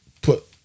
put